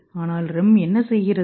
ஆனால் REM என்ன செய்கிறது